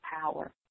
power